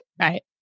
right